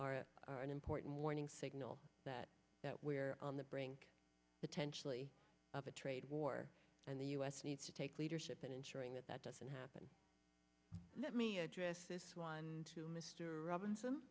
are an important warning signal that that we are on the brink potentially of a trade war and the u s needs to take leadership in ensuring that that doesn't happen let me address this one to mr robinson